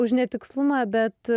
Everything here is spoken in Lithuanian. už netikslumą bet